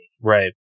Right